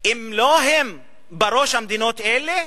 אם לא הם בראש המדינות האלה,